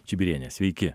čibirienė sveiki